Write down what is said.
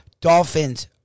Dolphins